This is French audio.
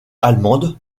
allemande